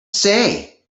say